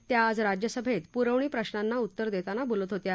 त्या आज राज्यसभेत पुरवणी प्रश्नांना उत्तर देताना बोलत होत्या